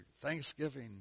thanksgiving